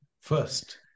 First